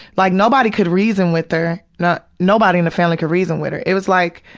like, nobody could reason with her, not nobody in the family could reason with her. it was like,